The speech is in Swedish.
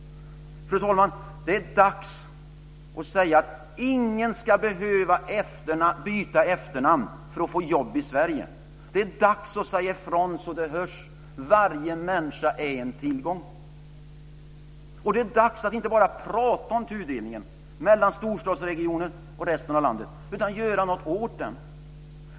Fru talman! Det är dags att säga att ingen ska behöva byta efternamn för att få jobb i Sverige. Det är dags att säga ifrån så att det hörs: Varje människa är en tillgång! Det är dags att inte bara prata om tudelningen mellan storstadsregionen och resten av landet, utan göra något åt den.